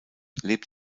lebt